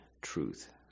truth